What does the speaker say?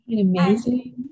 Amazing